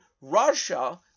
russia